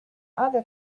other